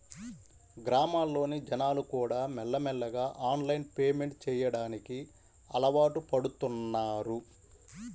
గ్రామాల్లోని జనాలుకూడా మెల్లమెల్లగా ఆన్లైన్ పేమెంట్ చెయ్యడానికి అలవాటుపడుతన్నారు